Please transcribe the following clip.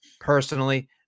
personally